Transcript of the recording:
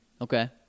Okay